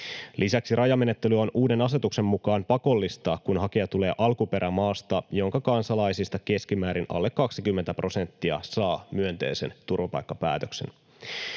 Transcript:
Lisäksi rajamenettely on uuden asetuksen mukaan pakollista, kun hakija tulee alkuperämaasta, jonka kansalaisista keskimäärin alle 20 prosenttia saa myönteisen turvapaikkapäätöksen.